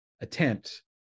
attempt